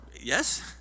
Yes